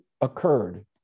occurred